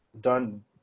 done